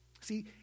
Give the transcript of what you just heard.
See